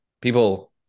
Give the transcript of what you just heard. people